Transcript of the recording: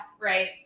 Right